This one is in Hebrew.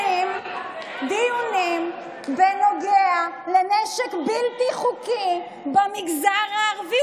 דיונים בנוגע לנשק בלתי חוקי במגזר הערבי.